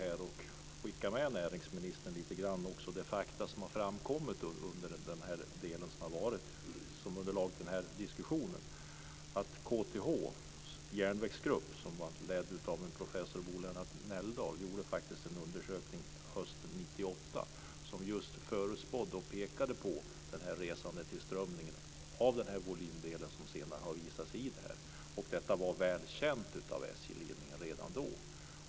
Jag kan skicka med näringsministern de fakta som har framkommit under den del som har varit som underlag för diskussionen. KTH:s järnvägsgrupp, under ledning av professor Bo Lennart Nelldal, gjorde en undersökning hösten 1998 som förutspådde resandetillströmningen med den volym som senare har visat sig. Detta var väl känt av SJ-ledningen redan då.